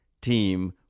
team